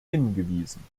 hingewiesen